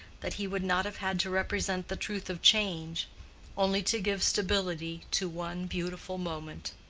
that he would not have had to represent the truth of change only to give stability to one beautiful moment.